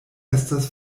estas